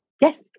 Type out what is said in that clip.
Yes